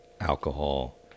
alcohol